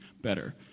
better